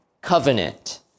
covenant